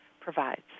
provides